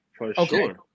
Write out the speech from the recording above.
okay